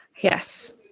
Yes